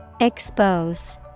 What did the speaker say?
Expose